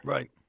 Right